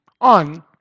on